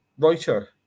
Reuters